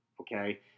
Okay